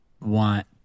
want